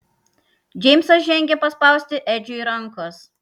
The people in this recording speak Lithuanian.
džeimsas žengė paspausti edžiui rankos